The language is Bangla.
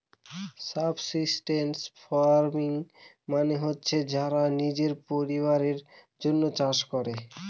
সাবসিস্টেন্স ফার্মিং মানে হচ্ছে যারা নিজের পরিবারের জন্য চাষ করে